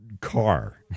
car